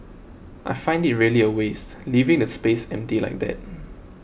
I find it really a waste leaving the space empty like that